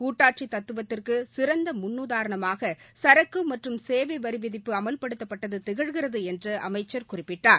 கூட்டாட்சி தத்துவத்திற்கு சிறந்த முன்னுதாரணமாக சரக்கு மற்றும் சேவை வரி விதிப்பு அமல்படுத்தப்பட்டது திகழ்கிறது என்று அமைச்சர் குறிப்பிட்டார்